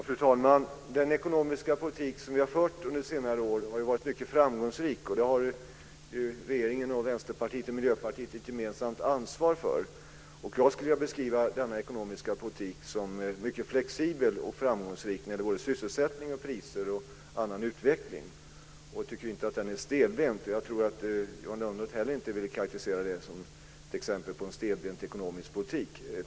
Fru talman! Den ekonomiska politik som vi har fört under senare år har varit mycket framgångsrik. Det har regeringen, Vänsterpartiet och Miljöpartiet ett gemensamt ansvar för. Jag skulle vilja beskriva denna ekonomiska politik som mycket flexibel och framgångsrik när det gäller sysselsättning, priser och annan utveckling och tycker inte att den är stelbent. Jag tror inte att Johan Lönnroth heller vill karakterisera den som ett exempel på en stelbent ekonomisk politik.